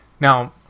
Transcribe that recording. Now